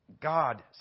God